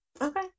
okay